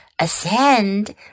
ascend